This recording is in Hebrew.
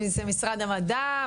אם זה משרד המדע,